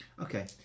Okay